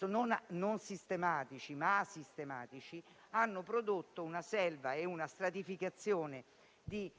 non sistematici, ma asistematici, hanno prodotto una selva e una stratificazione di